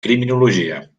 criminologia